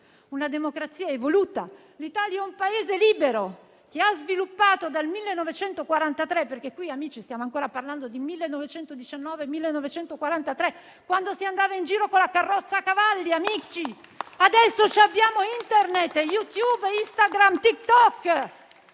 una democrazia evoluta. L'Italia è un Paese libero e che si è sviluppato dal 1943. Perché qui stiamo ancora parlando di 1919 e di 1943, quando si andava in giro con la carrozza a cavalli. Ma oggi abbiamo Internet, YouTube, Instagram e Tik Tok*.*